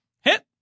Hit